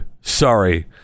Sorry